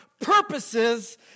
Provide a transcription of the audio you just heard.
purposes